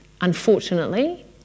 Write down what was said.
unfortunately